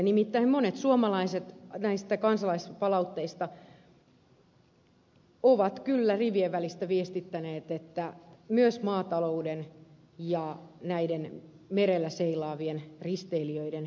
nimittäin monet suomalaiset näissä kansalaispalautteissa ovat kyllä rivien välistä viestittäneet että myös maatalouden ja näiden merellä seilaavien risteilijöiden